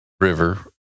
River